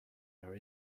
her